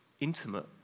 intimate